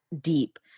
deep